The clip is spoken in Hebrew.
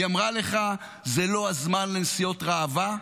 היא אמרה לך, זה לא הזמן לנסיעות ראווה,